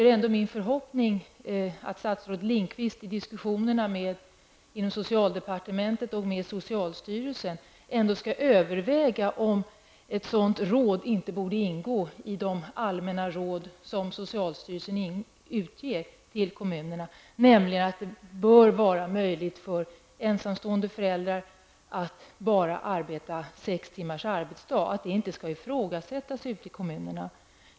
Det är min förhoppning att statsrådet Lindqvist, i diskussionerna inom socialdepartementet och med socialstyrelsen, ändå överväger om det inte, bland de allmänna råd som socialstyrelsen ger till kommunerna, borde ingå ett råd om att det för ensamstående föräldrar bör finnas en möjlighet till endast sex timmars arbetsdag. Denna möjlighet bör alltså inte ifrågasättas ute i kommunerna.